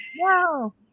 Wow